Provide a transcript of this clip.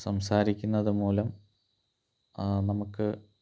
സംസാരിക്കുന്നത് മൂലം ആ നമുക്ക്